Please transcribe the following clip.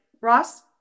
Ross